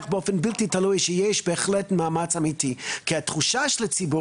באופן בלתי תלוי שיש מאמץ אמיתי כי התחושה של הציבור